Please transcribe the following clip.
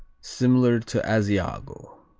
similar to asiago.